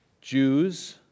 Jews